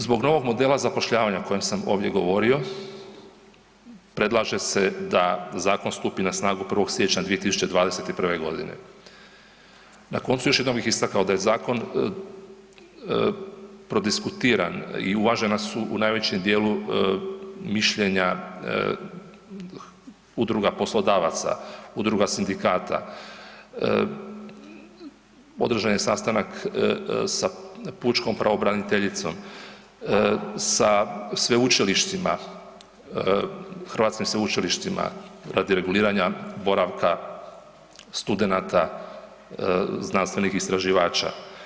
Zbog novog modela zapošljavanja o kojem sam ovdje govorio predlaže se da zakon stupi na snagu 1. siječnja 2021.g. Na koncu još jednom bih istakao da je zakon prodiskutiran i uvažena su u najvećem dijelu mišljenja udruga poslodavaca, udruga sindikata, održan je sastanak sa pučkom pravobraniteljicom, sa sveučilištima, hrvatskim sveučilištima radi reguliranja boravka studenata znanstvenih istraživača.